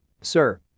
Sir